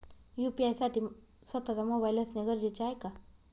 UPI साठी स्वत:चा mobile असणे गरजेचे आहे का?